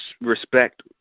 respect